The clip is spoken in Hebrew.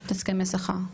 את הסכמי שכר?